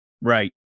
right